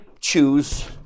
choose